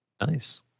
Nice